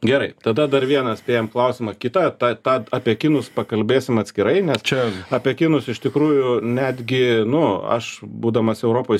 gerai tada dar vieną spėjam klausimą kitą tą tą apie kinus pakalbėsim atskirai nes čia apie kinus iš tikrųjų netgi nu aš būdamas europoj